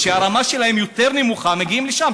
שהרמה שלהם יותר נמוכה, מגיעים לשם.